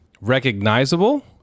recognizable